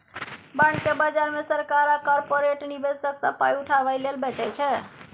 bond केँ बजार मे सरकार आ कारपोरेट निबेशक सँ पाइ उठाबै लेल बेचै छै